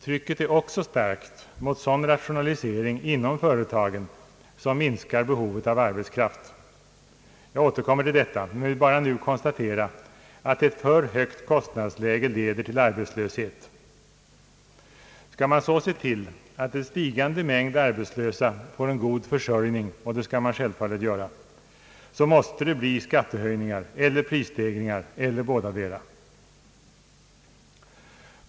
Trycket är också starkt mot sådan rationalisering inom företagen som minskar behovet av arbetskraft. Jag återkommer till detta men vill bara nu konstatera att ett för högt kostnadsläge leder till arbetslöshet. Skall man så se till att en stigande mängd arbetslösa får en god försörjning — och det skall man självfallet göra — måste det bli skattehöjningar eller prishöjningar eller bådadera.